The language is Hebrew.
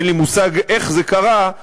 אין לי מושג איך זה קרה,